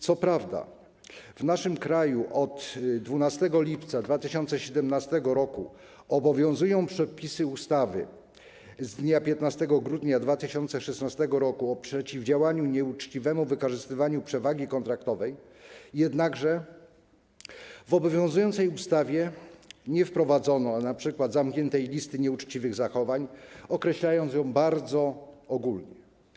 Co prawda w naszym kraju od 12 lipca 2017 r. obowiązują przepisy ustawy z dnia 15 grudnia 2016 r. o przeciwdziałaniu nieuczciwemu wykorzystywaniu przewagi kontraktowej, jednakże w obowiązującej ustawie nie wprowadzono np. zamkniętej listy nieuczciwych zachowań, określając je bardzo ogólnie.